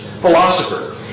philosopher